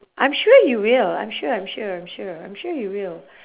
I'm sure he will I'm sure I'm sure I'm sure I'm sure he will